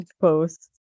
post